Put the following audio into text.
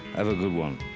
have a good one.